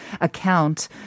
account